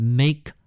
make